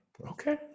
okay